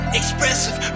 expressive